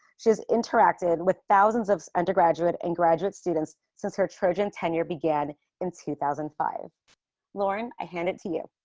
she has interacted with thousands of undergraduate and graduate students since her trojan tenure began in two thousand and five lauren i hand it to you.